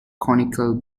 conical